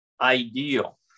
ideal